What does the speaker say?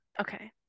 Okay